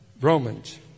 Romans